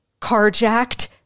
carjacked